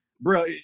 bro